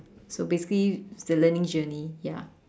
so basically the learning journey ya